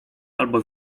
albo